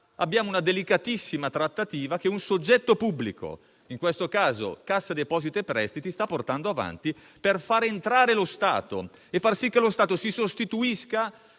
abbiamo una delicatissima trattativa che un soggetto pubblico, in questo caso Cassa depositi e prestiti, sta portando avanti per far entrare lo Stato e far sì che si sostituisca